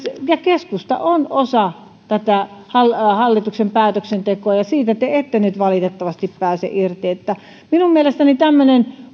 ja keskusta on osa hallituksen päätöksentekoa ja siitä te ette nyt valitettavasti pääse irti minun mielestäni tämmöinen